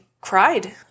cried